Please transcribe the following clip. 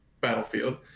battlefield